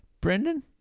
Brendan